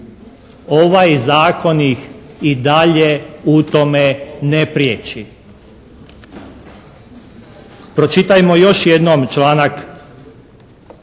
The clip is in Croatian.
ovaj zakon ih i dalje u tome ne priječi. Pročitajmo još jednom članak